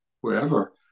wherever